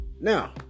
Now